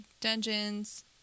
dungeons